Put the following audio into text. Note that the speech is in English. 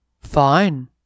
Fine